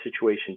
situation